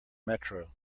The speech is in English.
metro